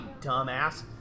dumbass